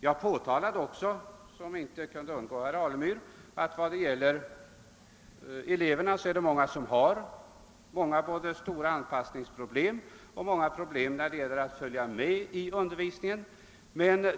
Jag påtalade även — vilket inte kan ha undgått herr Alemyr — att många elever har både stora anpassningsproblem och problem när det gäller att följa med i undervisningen.